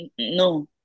no